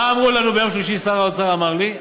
מה אמרו לנו ביום שלישי, מה שר האוצר אמר לי?